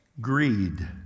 Greed